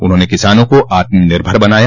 उन्हाने किसानों का आत्मनिर्भर बनाया